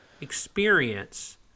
experience—